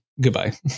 Goodbye